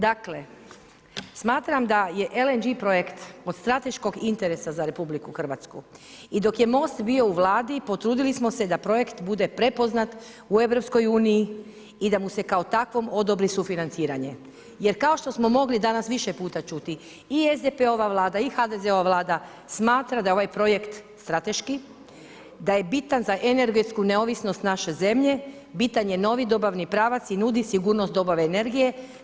Dakle smatram da je LNG projekt od strateškog interesa za RH i dok je MOST bio u Vladi, potrudili smo se da projekt bude prepoznat u EU i da mu se kao takvom odobri sufinanciranje, jer kao što smo mogli danas više puta čuti, i SDP-ova Vlada i HDZ-ova Vlada smatra da je ovaj projekt strateški, da je bitan za energetsku neovisnost naše zemlje, bitan je novi dobavni pravac i nudi sigurnost dobave energije.